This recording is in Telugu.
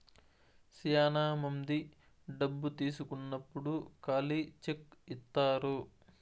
శ్యానా మంది డబ్బు తీసుకున్నప్పుడు ఖాళీ చెక్ ఇత్తారు